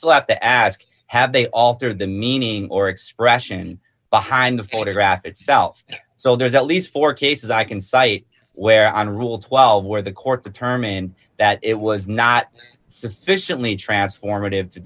still have to ask have they alter the meaning or expression behind the photograph itself so there's at least four cases i can cite where on rule twelve where the court determined that it was not sufficiently transform